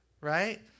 right